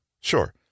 Sure